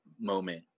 moment